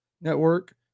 Network